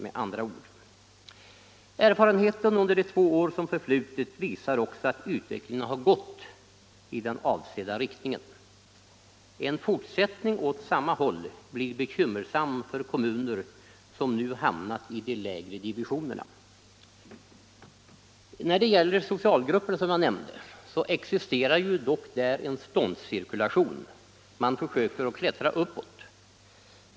Erfarenheten under de två år som förflutit visar också att utvecklingen gått i den avsedda riktningen. En fortsättning åt samma håll blir bekymmersam för kommuner som nu hamnat i de lägre divisionerna. När det gäller socialgrupperna, som jag nämnde, så existerar där en ståndscirkulation. Man försöker och får klättra uppåt.